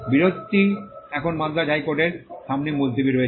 বিরোধটি এখন মাদ্রাজের হাইকোর্টের সামনে মুলতুবি রয়েছে